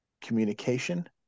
communication